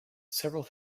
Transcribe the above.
several